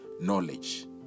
knowledge